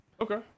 Okay